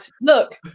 Look